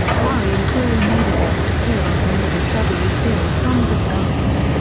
kari and tory made a guest appearance on the discovery series sons of guns.